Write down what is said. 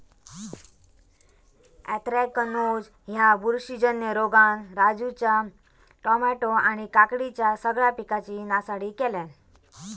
anthracnose ह्या बुरशीजन्य रोगान राजूच्या टामॅटो आणि काकडीच्या सगळ्या पिकांची नासाडी केल्यानं